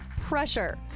pressure